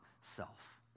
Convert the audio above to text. self